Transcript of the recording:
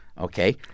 Okay